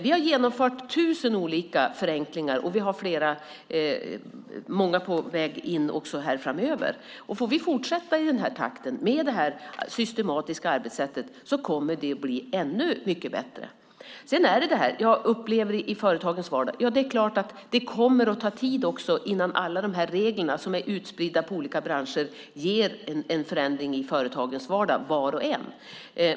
Vi har genomfört 1 000 olika förenklingar, och det är många på väg framöver. Får vi fortsätta i den här takten med det här systematiska arbetssättet kommer det att bli ännu mycket bättre. Sedan är det det här med vad man upplever i företagens vardag. Ja, det kommer att ta tid innan alla de regler som är utspridda på olika branscher ger en förändring i företagens vardag, för var och en.